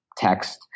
text